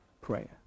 prayer